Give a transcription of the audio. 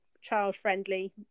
child-friendly